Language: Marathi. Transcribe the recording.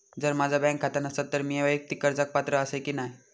जर माझा बँक खाता नसात तर मीया वैयक्तिक कर्जाक पात्र आसय की नाय?